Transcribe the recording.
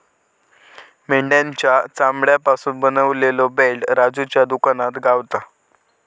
मेंढ्याच्या चामड्यापासून बनवलेलो बेल्ट राजूच्या दुकानात गावता